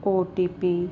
OTP